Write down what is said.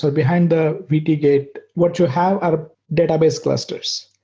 so behind the vtgate, what you have are database clusters,